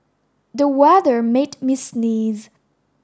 the weather made me sneeze